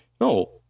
no